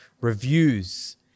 reviews